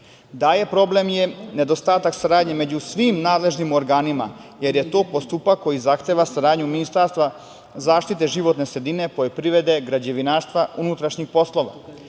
problem je i nedostatak saradnje između svim nadležnim organima, jer je to postupak koji zahteva saradnju Ministarstva zaštite životne sredine, poljoprivrede, građevinarstva, unutrašnjih poslova.